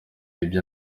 ibye